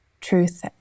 truth